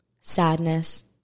sadness